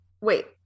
wait